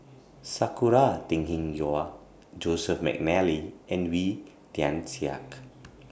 Sakura Teng Ying Hua Joseph Mcnally and Wee Tian Siak